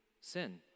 sin